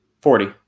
Forty